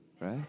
right